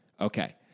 Okay